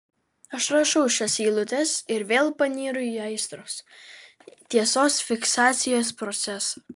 aš rašau šias eilutes ir vėl panyru į aistros tiesos fiksacijos procesą